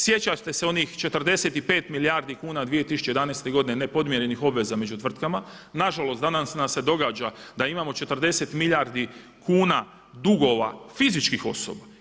Sjećate se onih 45 milijardi kuna u 2011. godine nepodmirenih obveza među tvrtkama, nažalost danas nam se događa da imamo 40 milijardi kuna dugova fizičkih osoba.